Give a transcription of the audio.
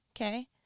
okay